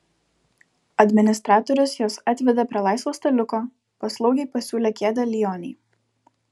administratorius juos atvedė prie laisvo staliuko paslaugiai pasiūlė kėdę lionei